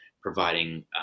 providing